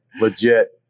legit